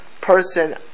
person